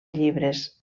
llibres